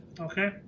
Okay